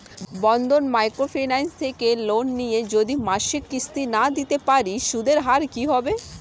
বন্ধন microfinance থেকে loan নিয়ে যদি মাসিক কিস্তি না দিতে পারি সুদের হার কি হবে?